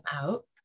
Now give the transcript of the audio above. out